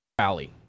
rally